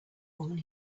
woman